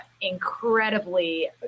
incredibly